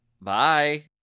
Bye